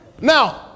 now